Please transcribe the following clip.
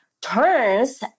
turns